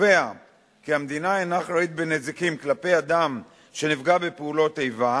הקובע כי המדינה אינה אחראית בנזיקים כלפי אדם שנפגע בפעולות איבה.